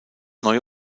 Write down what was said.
neue